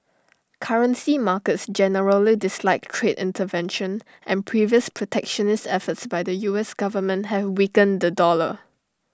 currency markets generally dislike trade intervention and previous protectionist efforts by the us government have weakened the dollar